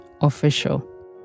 official